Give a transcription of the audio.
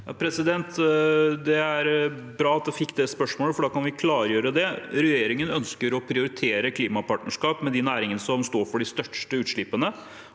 Det er bra at jeg fikk det spørsmålet, for da kan vi klargjøre det. Regjeringen ønsker å prioritere klimapartnerskap med de næringene som står for de største utslippene,